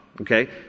Okay